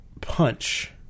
punch